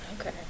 Okay